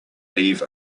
leave